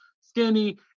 skinny